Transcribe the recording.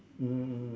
mm mm